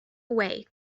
way